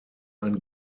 ein